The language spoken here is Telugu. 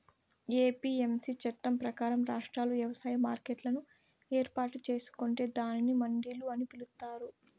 ఎ.పి.ఎమ్.సి చట్టం ప్రకారం, రాష్ట్రాలు వ్యవసాయ మార్కెట్లను ఏర్పాటు చేసుకొంటే దానిని మండిలు అని పిలుత్తారు